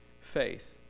faith